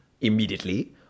immediately